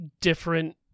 different